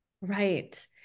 Right